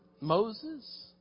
Moses